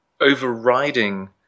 overriding